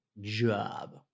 job